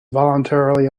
voluntarily